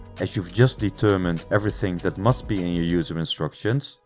as you've just determined everything that must be in your user instructions,